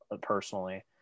personally